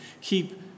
keep